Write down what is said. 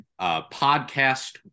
podcast